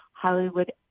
Hollywood